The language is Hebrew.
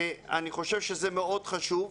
אני חושב שזה מאוד חשוב.